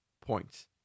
points